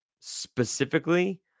specifically